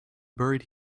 buried